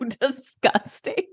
disgusting